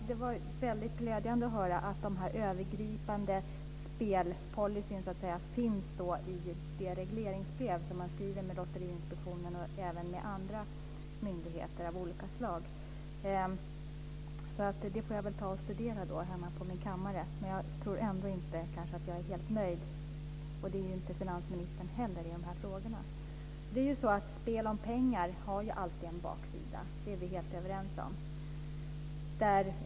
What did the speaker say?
Fru talman! Det är glädjande att höra att det finns en övergripande spelpolicy i regleringsbrevet för Lotteriinspektionen och även för andra myndigheter av olika slag. Det får jag studera hemma på min kammare. Jag är ändå inte helt nöjd när det gäller dessa frågor. Det är inte finansministern heller. Spel om pengar har alltid en baksida. Det är vi helt överens om.